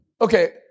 Okay